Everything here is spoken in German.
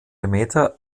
lange